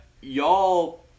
Y'all